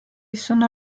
sono